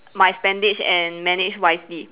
my spendings and manage wisely